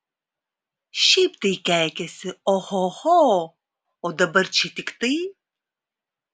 šiaip tai keikiasi ohoho o dabar čia tik tai